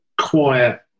quiet